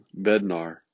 Bednar